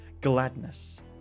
gladness